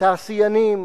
מהיישובים היהודיים ביהודה